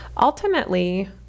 Ultimately